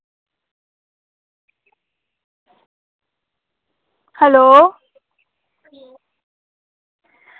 hello